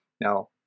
Now